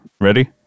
Ready